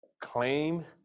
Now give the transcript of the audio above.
claim